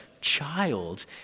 child